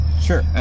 Sure